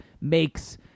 makes